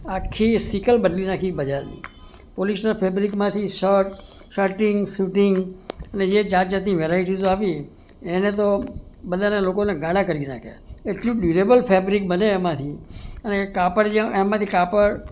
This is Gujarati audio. આખી સિકલ બદલી નાખી બજારમાં પોલિસ્ટર ફેબ્રીકમાંથી શટ શટિંગ શુટિંગ અને જે જાત જાતની વેરાયટીસો આપી એને તો બધાને લોકોને ગાંડા કરી નાખ્યા એટલું ડ્યુરેબલ ફેબ્રીક બને એમાંથી અને એ કાપડ જ્યાં એમાંથી કાપડ